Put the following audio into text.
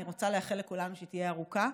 אני רוצה לאחל לכולנו שתהיה ארוכה,